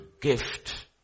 gift